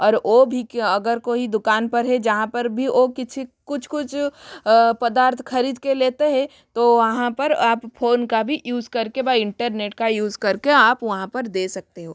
और ओ भी क्यों अगर कोई दुकान पर है जहाँ पर भी ओ किसी कुछ कुछ पदार्थ खरीद के लेते हैं तो वहाँ पर आप फोन का भी यूज़ करके बाय इंटरनेट का यूज़ करके आप वहाँ पर दे सकते हो